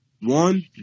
one